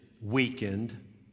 weakened